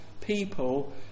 people